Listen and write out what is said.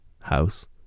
house